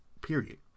period